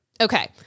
Okay